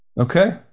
Okay